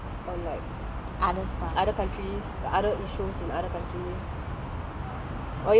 but actually is just don't have enough coverage or like other countries other issues in other countries